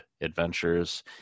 adventures